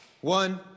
One